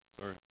sorry